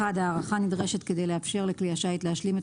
ההארכה נדרשת כדי לאפשר לכלי השיט להשלים את